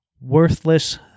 worthless